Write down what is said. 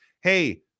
Hey